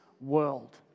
world